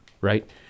right